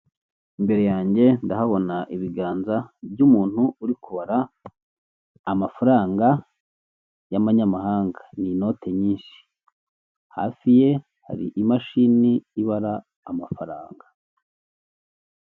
Imbere yange ndahabona ibiganza by'umuntu uri kubara amafaranga y'amanyamahanga n'inoti nyinshi, hafi ye hari imashini ibara amafaranga.